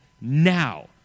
now